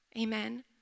Amen